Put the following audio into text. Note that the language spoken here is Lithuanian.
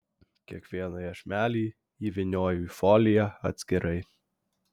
kiekvieną iešmelį įvynioju į foliją atskirai